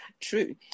True